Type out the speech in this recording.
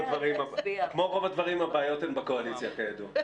כמו רוב הדברים, הבעיות הן בקואליציה, כידוע.